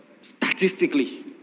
Statistically